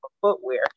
footwear